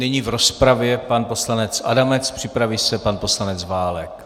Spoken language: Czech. Nyní v rozpravě pan poslanec Adamec, připraví se pan poslanec Válek.